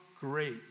great